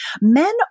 Men